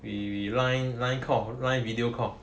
we we Line Line call Line video call